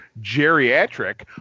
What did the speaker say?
geriatric